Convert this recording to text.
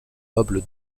noble